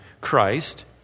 Christ